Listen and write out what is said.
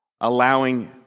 allowing